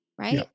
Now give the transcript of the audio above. right